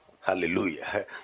Hallelujah